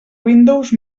windows